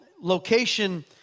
location